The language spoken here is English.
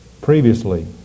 previously